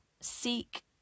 seek